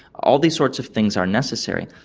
all these sorts of things are necessary,